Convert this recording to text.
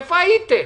איפה הייתם